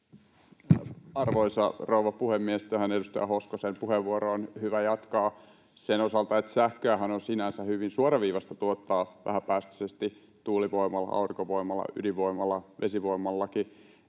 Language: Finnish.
Arvoisa rouva puhemies! Tähän edustaja Hoskosen puheenvuoroon on hyvä jatkaa sen osalta, että sähköähän on sinänsä hyvin suoraviivaista tuottaa vähäpäästöisesti tuulivoimalla, aurinkovoimalla, ydinvoimalla, vesivoimallakin.